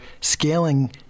scaling